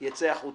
יצא החוצה.